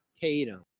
Tatum